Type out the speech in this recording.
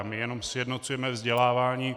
My jenom sjednocujeme vzdělávání.